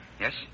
Yes